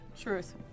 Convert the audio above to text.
Truth